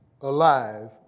alive